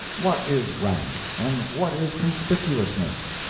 what is rank, and what is conspicuousness?